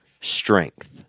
strength